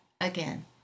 Again